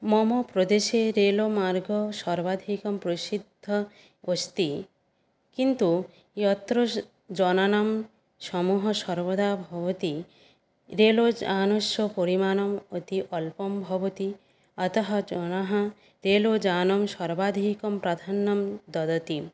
मम प्रदेशे रेलमार्गः सर्वाधिकप्रसिद्धः अस्ति किन्तु यत्र जनानां समूहः सर्वदा भवति रेलयानस्य परिमाणम् अति अल्पं भवति अतः जनाः रेलयानं सर्वाधिकं प्राधान्यं ददति